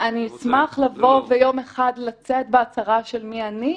אני אשמח לבוא ויום אחד לצאת בהצהרה של מי אני.